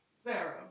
Sparrow